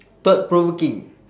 thought provoking